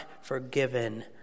forgiven